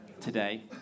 today